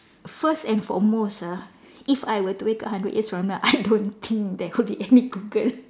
first and foremost ah if I were to wake up hundred years from now I don't think there would be any Google